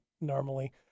normally